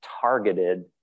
targeted